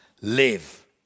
Live